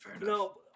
no